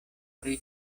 pri